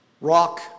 rock